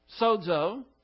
Sozo